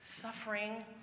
suffering